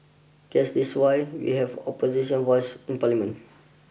guess this is why we have opposition voices in parliament